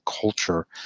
culture